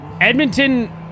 Edmonton